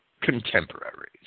contemporaries